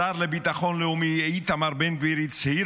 השר לביטחון לאומי איתמר בן גביר הצהיר